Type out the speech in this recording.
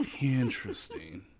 Interesting